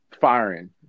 firing